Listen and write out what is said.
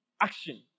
action